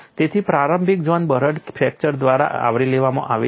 તેથી પ્રારંભિક ઝોન બરડ ફ્રેક્ચર દ્વારા આવરી લેવામાં આવે છે